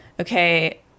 okay